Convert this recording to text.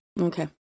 Okay